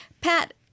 Pat